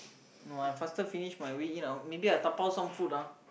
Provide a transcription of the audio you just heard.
no I faster finish my winner out maybe I dabao some food ah